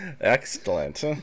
Excellent